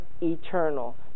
eternal